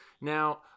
Now